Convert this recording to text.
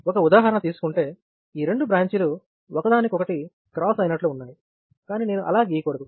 ఒక ఉదాహరణ తీసుకుంటే ఈ రెండు బ్రాంచీలు ఒకదానికొకటి క్రాస్ అయినట్లు ఉన్నాయి కానీ నేను అలా గీయకూడదు